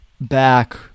back